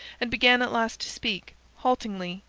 and began at last to speak, haltingly,